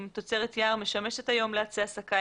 אם תוצרת יער משמשת היום לעצי הסקה,